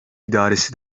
idaresi